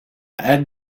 add